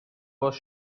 was